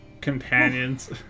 companions